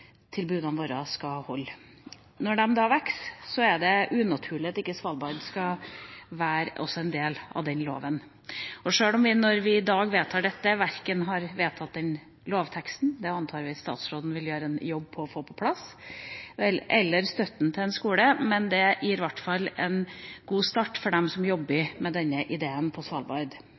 våre skal ha. Når disse så vokser, er det unaturlig at ikke Svalbard også skal være en del av den loven. Sjøl om vi, når vi i dag vedtar dette, verken har vedtatt lovteksten – det antar vi statsråden vil gjøre en jobb med å få på plass – eller støtten til en skole, gir det i hvert fall en god start for dem som jobber med denne ideen på Svalbard.